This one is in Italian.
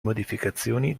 modificazioni